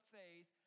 faith